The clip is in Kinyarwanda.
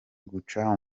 guca